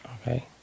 okay